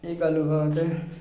एह् गल्ल बात ऐ